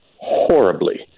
horribly